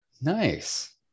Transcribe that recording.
Nice